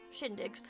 shindigs